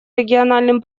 региональным